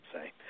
say